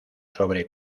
sobre